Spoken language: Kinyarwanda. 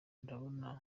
ndabona